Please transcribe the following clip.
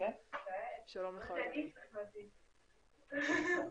שלום לך, פרופ'